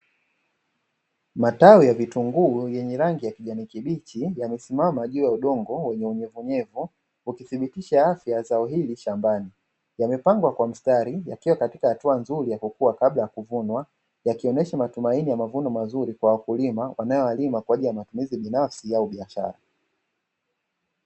Matawi ya vitunguu yenye rangi ya kijani kibichi yamesimama juu ya udongo wenye unyevuunyevu ukithibitisha afya ya zao hili shambani, yamepangwa kwa mstari yakiwa katika hatua ya kukua kabla ya kuvunwa yakionyesha ya mavuno mazuri kwa wakulima wanayoyalima kwa matumizi binafsi au biashara.